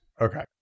Okay